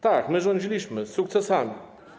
Tak, my rządziliśmy z sukcesami.